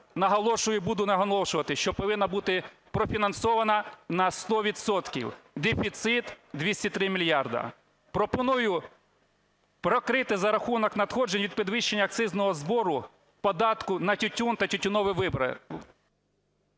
наголошую і буду наголошувати, що повинна бути профінансована на 100 відсотків. Дефіцит – 203 мільярди, пропоную перекрити за рахунок надходжень від підвищення акцизного збору податку на тютюн та тютюнові вироби.